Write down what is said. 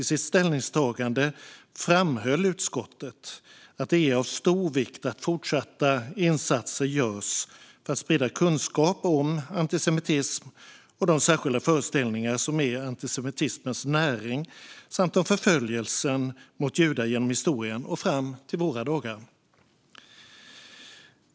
I sitt ställningstagande framhöll utskottet att det är av stor vikt att fortsatta insatser görs för att sprida kunskaper om antisemitism och de särskilda föreställningar som är antisemitismens näring samt om förföljelsen av judar genom historien och fram till våra dagar.